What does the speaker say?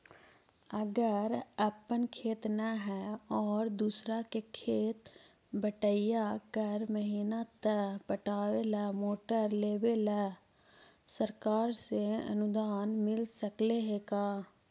अगर अपन खेत न है और दुसर के खेत बटइया कर महिना त पटावे ल मोटर लेबे ल सरकार से अनुदान मिल सकले हे का?